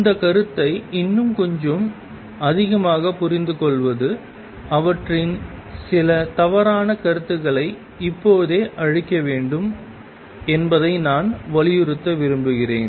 இந்த கருத்தை இன்னும் கொஞ்சம் அதிகமாகப் புரிந்துகொள்வது அவற்றின் சில தவறான கருத்துக்களை இப்போதே அழிக்க வேண்டும் என்பதை நான் வலியுறுத்த விரும்புகிறேன்